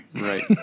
Right